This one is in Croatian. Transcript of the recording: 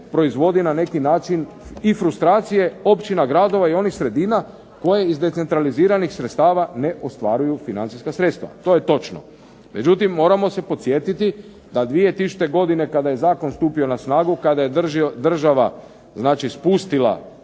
proizvodi na neki način i frustracije općina, gradova, onih sredina koje iz decentraliziranih sredstava ne ostvaruju financijska sredstva, to je točno, međutim, moramo se podsjetiti da 2000. godine kada je zakon stupio na snagu kada je država spustila